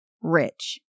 rich